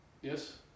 Yes